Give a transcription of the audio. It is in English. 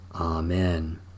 Amen